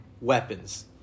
weapons